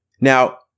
Now